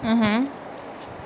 mmhmm